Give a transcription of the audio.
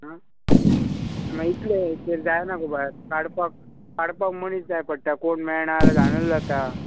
आं मागीर इतले हेजेर जायना गो बाय काडपाक काडपाक मनीस जाय पडटा कोण मेळना जाल्यार धानळ जाता